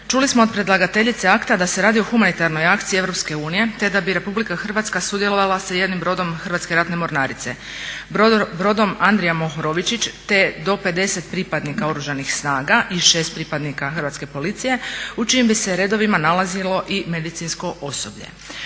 Čuli smo od predlagateljice akta da se radi o humanitarnoj akciji Europske unije te da bi Republika Hrvatska sudjelovala sa jednim brodom Hrvatske ratne mornarice, brodom Andrija Mohorovičić te do 50 pripadnika Oružanih snaga i 6 pripadnika Hrvatske policije u čijim bi se redovima nalazilo i medicinsko osoblje.